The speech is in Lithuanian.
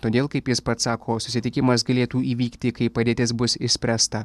todėl kaip jis pats sako susitikimas galėtų įvykti kai padėtis bus išspręsta